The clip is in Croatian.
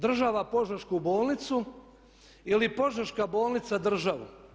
Država Požešku bolnicu ili Požeška bolnica državu?